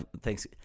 thanks